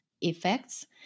effects